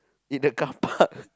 in the carpark